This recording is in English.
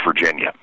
Virginia